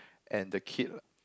and the kid